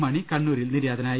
മണി കണ്ണൂരിൽ നിര്യാതനായി